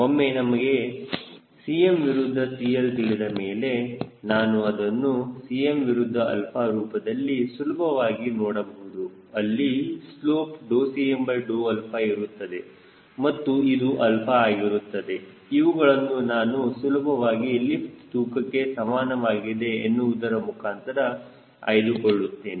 ಒಮ್ಮೆ ನನಗೆ Cm ವಿರುದ್ಧ CL ತಿಳಿದ ಮೇಲೆ ನಾನು ಅದನ್ನು Cm ವಿರುದ್ಧ 𝛼 ರೂಪದಲ್ಲಿ ಸುಲಭವಾಗಿ ನೋಡಬಹುದು ಅಲ್ಲಿ ಸ್ಲೋಪ್ Cmಇರುತ್ತದೆ ಮತ್ತು ಇದು 𝛼 ಆಗಿರುತ್ತದೆ ಇವುಗಳನ್ನು ನಾನು ಸುಲಭವಾಗಿ ಲಿಫ್ಟ್ ತೂಕಕ್ಕೆ ಸಮಾನವಾಗಿದೆ ಎನ್ನುವುದರ ಮುಖಾಂತರ ಆಯ್ದುಕೊಳ್ಳುತ್ತೇನೆ